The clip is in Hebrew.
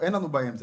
אין לנו בעיה עם זה.